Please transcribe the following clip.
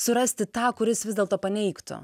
surasti tą kuris vis dėlto paneigtų